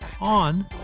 on